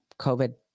COVID